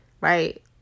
right